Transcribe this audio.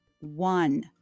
One